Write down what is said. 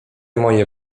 moje